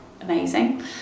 amazing